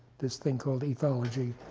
this thing called ethology.